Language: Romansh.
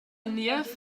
niev